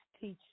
teach